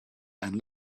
and